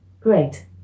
Great